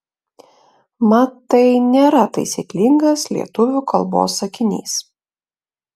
mat tai nėra taisyklingas lietuvių kalbos sakinys